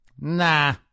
Nah